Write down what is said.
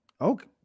okay